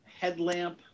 headlamp